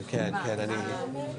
בוקר טוב לכולם.